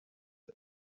and